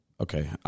okay